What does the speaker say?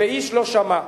ואיש לא שמע,